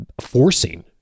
forcing